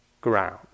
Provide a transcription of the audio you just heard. ground